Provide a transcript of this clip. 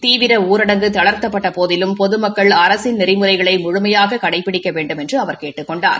தீவிர ஊரடங்கு தளா்த்தப்பட்ட போதிலும் பொதுமக்கள் அரசின் நெறிமுறைகளை முழுமையாக கடைபிடிக்க வேண்டுமென்று அவர் கேட்டுக் கொண்டார்